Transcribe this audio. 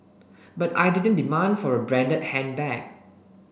but I didn't demand for a branded handbag